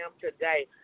today